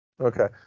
Okay